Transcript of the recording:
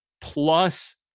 plus